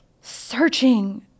searching